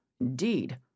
Indeed